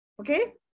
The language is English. Okay